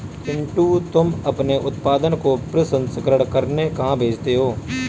पिंटू तुम अपने उत्पादन को प्रसंस्करण करने कहां भेजते हो?